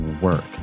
work